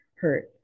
hurt